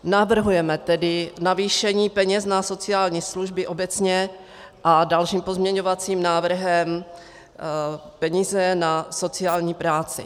Navrhujeme tedy navýšení peněz na sociální služby obecně a dalším pozměňovacím návrhem peníze na sociální práci.